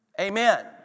Amen